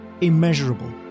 immeasurable